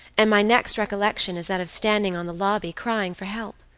and my next recollection is that of standing on the lobby, crying for help.